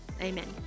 amen